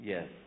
Yes